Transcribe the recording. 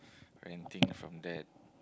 renting from that